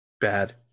Bad